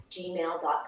gmail.com